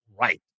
right